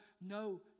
no